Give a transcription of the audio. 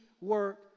work